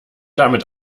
damit